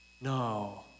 No